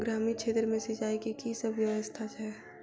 ग्रामीण क्षेत्र मे सिंचाई केँ की सब व्यवस्था छै?